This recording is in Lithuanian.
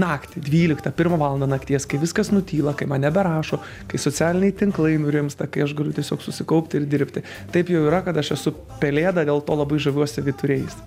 naktį dvyliktą pirmą valandą nakties kai viskas nutyla kai man neberašo kai socialiniai tinklai nurimsta kai aš galiu tiesiog susikaupti ir dirbti taip jau yra kad aš esu pelėda dėl to labai žaviuosi vyturiais